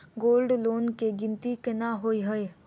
Gold loan केँ गिनती केना होइ हय?